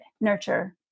nurture